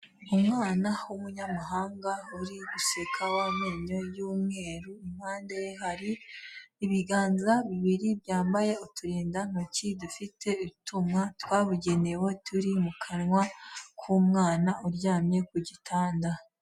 Umwana w'umunyamahanga uri guseka w'amenyo y'umweru, impande ye hari ibiganza bibiri byambaye uturindantoki dufite utuma twabugenewe turi mu kanwa k'umwana uryamye ku gitanda.